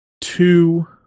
two